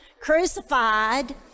crucified